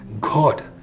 God